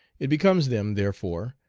it becomes them, therefore,